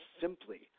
simply